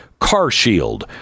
CarShield